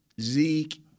Zeke